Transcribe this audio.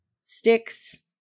sticks